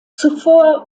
zuvor